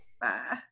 bye